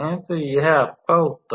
तो यह आपका उत्तर है